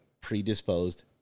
predisposed